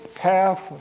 half